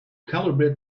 calibrate